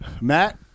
Matt